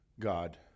God